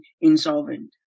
insolvent